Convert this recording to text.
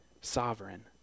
sovereign